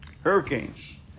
Hurricanes